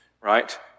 right